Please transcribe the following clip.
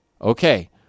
Okay